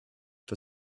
for